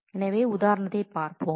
எனவே உதாரணத்தைப் பார்ப்போம்